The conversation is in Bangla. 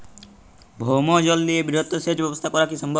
ভৌমজল দিয়ে বৃহৎ সেচ ব্যবস্থা করা কি সম্ভব?